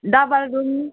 double room